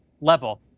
level